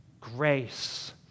grace